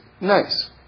nice